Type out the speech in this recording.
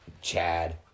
Chad